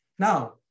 Now